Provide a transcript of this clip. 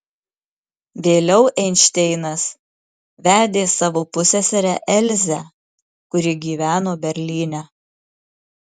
vėliau einšteinas vedė savo pusseserę elzę kuri gyveno berlyne